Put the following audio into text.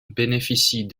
bénéficient